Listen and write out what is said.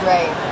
Right